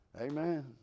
Amen